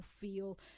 feel